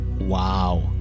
Wow